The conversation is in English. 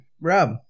Rob